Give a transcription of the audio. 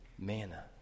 manna